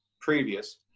previous